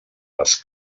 les